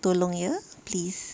tolong ye please